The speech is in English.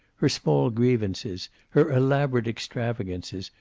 her small grievances, her elaborate extravagances,